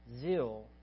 zeal